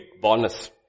bonus